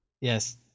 Yes